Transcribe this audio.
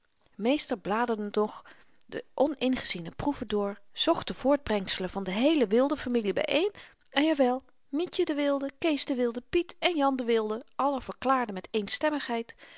meester bladerde de nog onïngeziene proeven door zocht de voortbrengselen van de heele wilde familie byeen en jawel mietje de wilde kees de wilde piet en jan de wilde allen verklaarden met eenstemmigheid